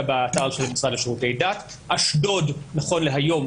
באתר המשרד לשירותי דת: אשדוד - נכון להיום,